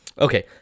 okay